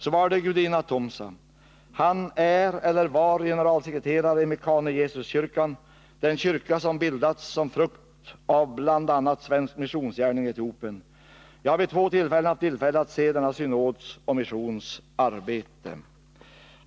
Så var det Gudina Tomsa: Han är eller var generalsekreterare i Mekane Yesus-kyrkan, den kyrka som bildats som frukt av bl.a. svensk missionsgärningi Etiopien. Jag har vid två tillfällen haft möjlighet att se denna synods och missions arbete.